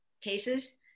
cases